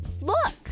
Look